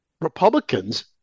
Republicans